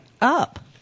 Up